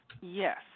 Yes